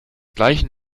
gleichen